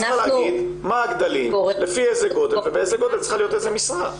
את צריכה להגיד לפי איזה גודל צריכה להיות איזו משרה,